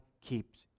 keeps